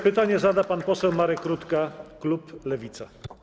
Pytanie zada pan poseł Marek Rutka, klub Lewica.